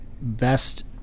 best